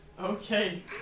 Okay